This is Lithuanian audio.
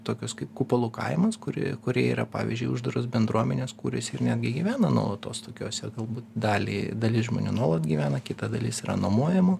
tokius kaip kupolų kaimus kuri kurie yra pavyzdžiui uždaros bendruomenės kuriasi ir netgi gyvena nuolatos tokiose galbūt dalį dalis žmonių nuolat gyvena kita dalis yra nuomojamų